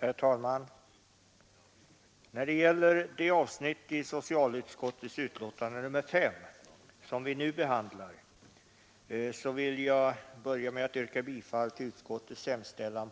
Herr talman! När det gäller de avsnitt i socialutskottets betänkande nr 5 som vi nu behandlar vill jag yrka bifall till utskottets hemställan.